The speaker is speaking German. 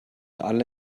alle